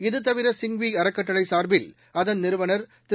இதுதவிர சிங்வி அறக்கட்டளை சார்பில் அதன் நிறுவனர் திரு